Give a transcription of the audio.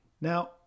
Now